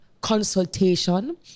consultation